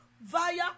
via